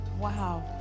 Wow